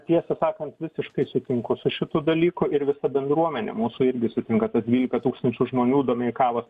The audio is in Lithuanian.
tiesą sakant visiškai sutinku su šitu dalyku ir visa bendruomenė mūsų irgi sutinka tas dvylika tūkstančių žmonių domeikavos